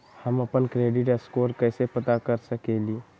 हम अपन credit score कैसे पता कर सकेली?